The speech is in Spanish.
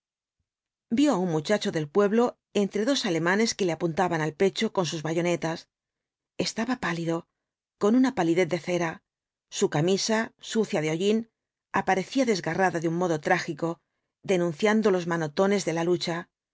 vio á un muchacho del pueblo entre dos alemanes que le apuntaban al pecho con sus bayonetas estaba pálido con una palidez de cera su camisa sucia de hollín aparecía desgarrada de un modo trágico denunciando los manotones de la lucha